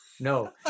no